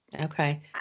Okay